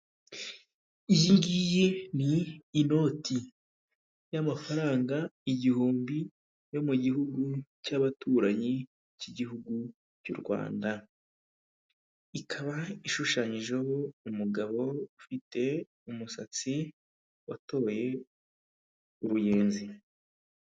Iyi ngiyi ni inoti y'amafaranga igihumbi yo mu gihugu cy'abaturanyi cy'igihugu cy'u Rwanda. Ikaba ishushanyijeho umugabo ufite umusatsi watoye uruyenzi.